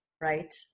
right